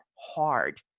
hard